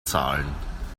zahlen